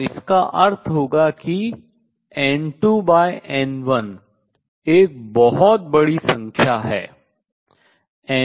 और इसका अर्थ होगा कि N2N1 एक बहुत बड़ी संख्या होगी